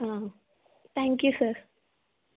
thank you sir